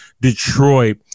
Detroit